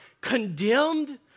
condemned